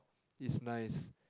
is nice